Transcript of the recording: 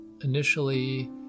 initially